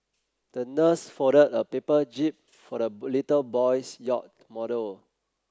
the nurse folded a paper jib for the little boy's yacht model